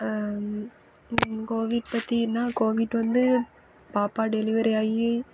Covid பற்றின்னா covid வந்து பாப்பா டெலிவரி ஆகி